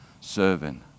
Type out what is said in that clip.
serving